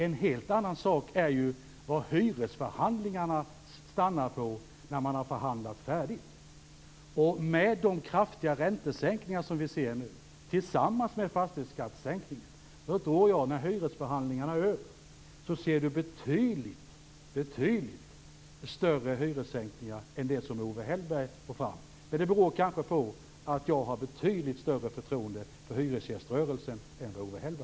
En helt annan sak är vad hyresförhandlingarna stannar på när man har förhandlat färdigt. Med de kraftiga räntesänkningar som vi nu ser, och med fastighetsskattesänkningen därtill, tror jag att vi när hyresförhandlingarna är över kommer att se betydligt större hyressänkningar än dem som Owe Hellberg för fram. Men det beror kanske på att jag har betydligt större förtroende för hyresgäströrelsen än vad Owe